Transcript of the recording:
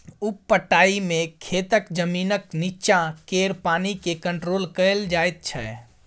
उप पटाइ मे खेतक जमीनक नीच्चाँ केर पानि केँ कंट्रोल कएल जाइत छै